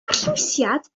arllwysiad